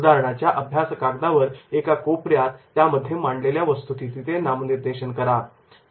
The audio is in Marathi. उदाहरणाच्या अभ्यास कागदावर एका कोपऱ्यात त्यामध्ये मांडलेल्या वस्तुस्थितीचे नामनिर्देशन करा